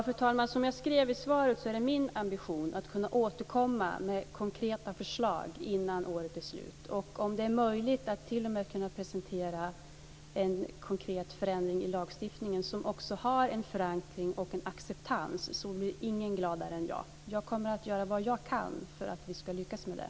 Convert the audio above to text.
Fru talman! Som jag skrev i svaret är det min ambition att återkomma med konkreta förslag innan året är slut. Om det är möjligt att t.o.m. presentera en konkret förändring i lagstiftningen som är förankrad och accepterad blir ingen gladare än jag. Jag kommer att göra vad jag kan för att vi ska lyckas med det.